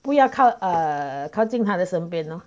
不要靠 err 靠近他的身边 lor